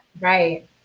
Right